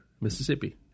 Mississippi